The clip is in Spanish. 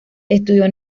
estudió